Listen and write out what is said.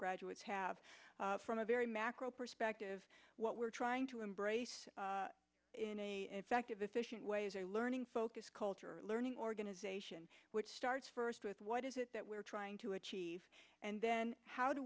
graduates have from a very macro perspective what we're trying to embrace in a defective efficient way is a learning focused culture learning organization which starts first with what is it that we're trying to achieve and then how do